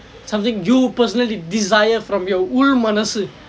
something you personally desire from your உல் மனசு:ul manasu